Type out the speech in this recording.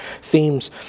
themes